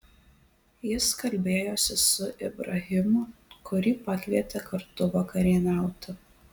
jis kalbėjosi su ibrahimu kurį pakvietė kartu vakarieniauti